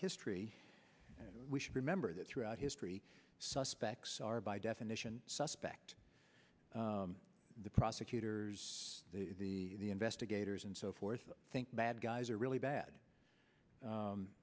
history we should remember that throughout history suspects are by definition suspect the prosecutors the investigators and so forth think bad guys are really bad